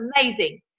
amazing